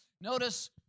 Notice